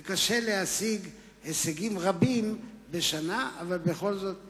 וקשה להשיג הישגים רבים בשנה, אבל בכל זאת השגנו.